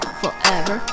forever